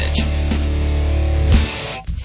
Edge